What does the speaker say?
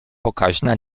pokaźna